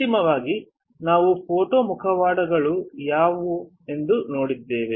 ಅಂತಿಮವಾಗಿ ನಾವು ಫೋಟೋ ಮುಖವಾಡಗಳು ಯಾವುವು ಎಂದು ನೋಡಿದೆ